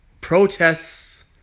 protests